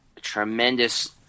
tremendous